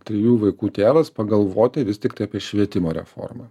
trijų vaikų tėvas pagalvoti vis tiktai apie švietimo reformą